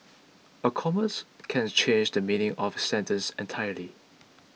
a commas can change the meaning of a sentence entirely